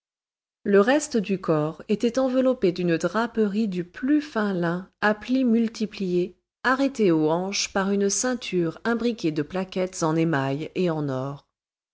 le reste du corps était enveloppé d'une draperie du plus fin lin à plis multipliés arrêtée aux hanches par une ceinture imbriquée de plaquettes en émail et en or